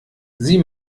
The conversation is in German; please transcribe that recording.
sie